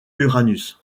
uranus